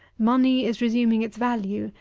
money is resuming its value,